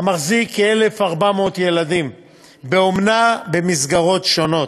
המחזיק כ-1,400 ילדים באומנה במסגרות שונות.